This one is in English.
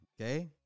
okay